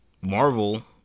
Marvel